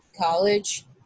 college